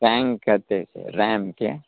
time कतेक अइ रैमके